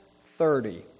thirty